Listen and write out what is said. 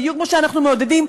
בדיוק כמו שאנחנו מעודדים,